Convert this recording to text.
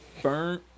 Burn